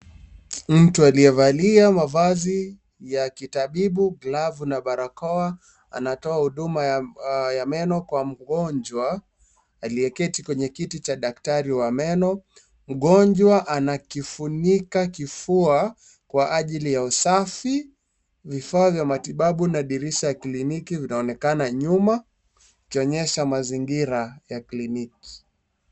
Mtu aliyevalia mavazi ya kitabibu, glavu na barakoa, anatoa huduma ya meno kwa mgonjwa, aliyeketi kwenye kiti cha daktari wa meno. Mgonjwa anakifunika kifua kwa ajili ya usafi. Vifaa vya matibabu ,na dirisha, kliniki vinaonekana nyuma. Ikionyesha mazingira ya kliniki.